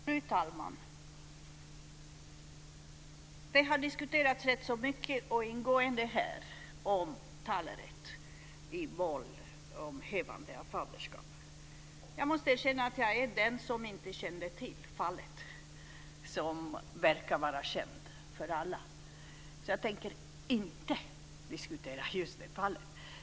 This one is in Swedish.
Fru talman! Det har diskuterats rätt så mycket och ingående här om talerätt i mål om hävande av faderskap. Jag måste erkänna att jag inte kände till det fall som verkar vara känt för alla andra. Så jag tänker inte diskutera just det fallet.